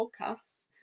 podcasts